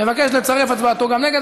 מבקש לצרף גם את הצבעתו, נגד.